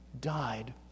died